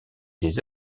des